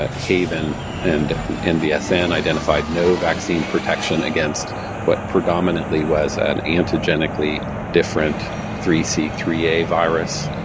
ah haiven, and nvsn identified no vaccine protection against what predominantly was an antigenically different three c three a virus.